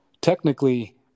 technically